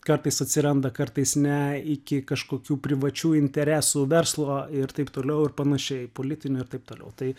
kartais atsiranda kartais ne iki kažkokių privačių interesų verslo ir taip toliau ir panašiai politinių ir taip toliau tai